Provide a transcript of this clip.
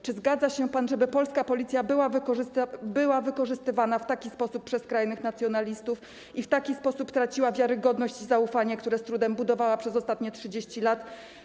Czy zgadza się pan, żeby polska policja była wykorzystywana w taki sposób przez skrajnych nacjonalistów i w taki sposób traciła wiarygodność i zaufanie, które z trudem budowała przez ostatnie 30 lat?